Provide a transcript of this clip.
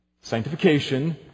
sanctification